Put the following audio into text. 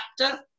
chapter